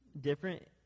Different